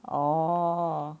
oh